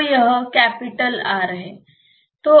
तो यह capital R है